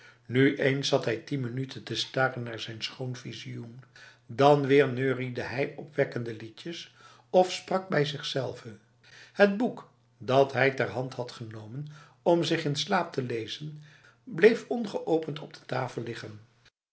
nu eens zat hij tien minuten te staren naar zijn schoon visioen dan weer neuriede hij opwekkende liedjes of sprak bij zichzelve het boek dat hij had ter hand genomen om zich in slaap te lezen bleef ongeopend op de tafel liggen